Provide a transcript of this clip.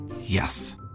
Yes